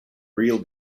real